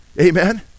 Amen